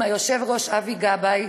ועם היושב-ראש אבי גבאי,